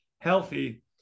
healthy